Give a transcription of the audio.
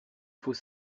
faut